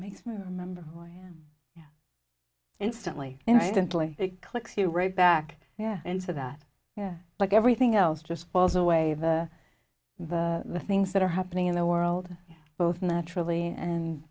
makes me remember who i am instantly instantly it clicks you right back yeah and so that yeah like everything else just falls away the the the things that are happening in the world both naturally and